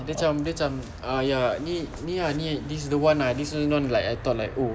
dia cam dia cam uh ya ni ni ah ni ah this is the [one] ah this [one] I thought like oh